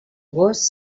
gos